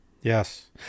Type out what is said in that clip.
Yes